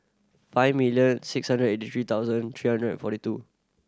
five million six hundred eighty three thousand three hundred and forty two